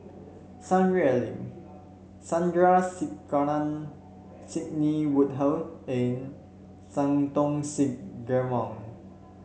Sun Xueling Sandrasegaran Sidney Woodhull and Santokh Singh Grewal